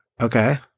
Okay